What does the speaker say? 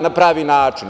na pravi način.